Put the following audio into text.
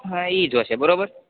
હાં ઈ જોશે બરોબર